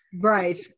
right